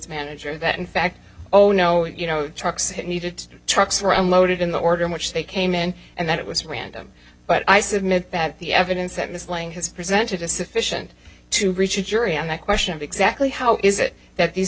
manager that in fact oh no you know trucks that needed trucks were unloaded in the order in which they came in and that it was random but i submit that the evidence that ms lang has presented a sufficient to reach a jury on that question of exactly how is it that these